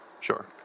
Sure